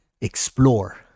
explore